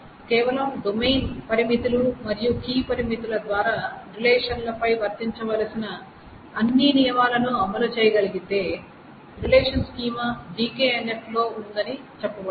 కేవలం డొమైన్ పరిమితులు మరియు కీ పరిమితుల ద్వారా రిలేషన్ ల పై వర్తించవలసిన అన్ని నియమాలను అమలు చేయగలిగితే రిలేషన్ స్కీమా DKNF లో ఉందని చెప్పబడింది